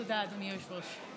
תודה, אדוני היושב-ראש.